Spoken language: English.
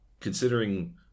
considering